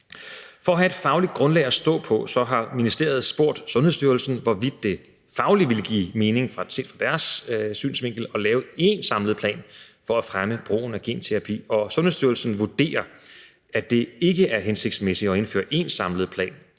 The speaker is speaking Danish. For at have et fagligt grundlag at stå på har ministeriet spurgt Sundhedsstyrelsen, hvorvidt det fagligt ville give mening set fra deres synsvinkel at lave én samlet plan for at fremme brugen af genterapi. Og Sundhedsstyrelsen vurderer, at det ikke er hensigtsmæssigt at indføre én samlet plan,